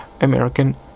American